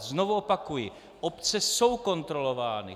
Znovu opakuji, obce jsou kontrolovány.